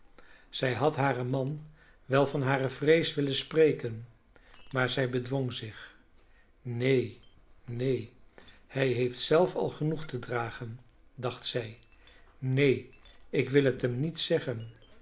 zij had haren man wel van hare vrees willen spreken maar zij bedwong zich neen neen hij heeft zelf al genoeg te dragen dacht zij neen ik wil het hem niet zeggen